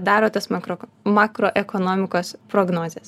daro tas makrok makroekonomikos prognozes